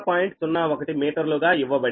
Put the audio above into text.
01 మీటర్లుగా ఇవ్వబడింది